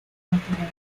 natural